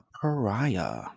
Pariah